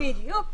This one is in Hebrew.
בדיוק.